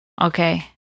Okay